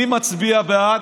מי מצביע בעד?